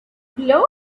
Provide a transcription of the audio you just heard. blow